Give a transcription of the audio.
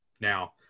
Now